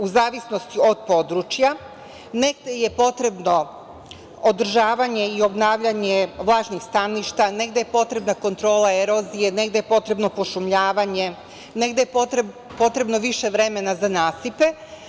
U zavisnosti od područja, negde je potrebno održavanje i obnavljanje vlažnih staništa, negde je potrebna kontrola erozije, negde je potrebno pošumljavanje, negde je potrebno više vremena za nasipe.